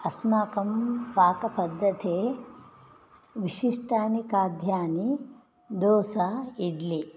अस्माकं पाकपद्धत्यां विशिष्टानि खाद्यानि दोसा इड्लि